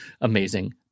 amazing